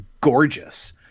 gorgeous